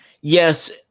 Yes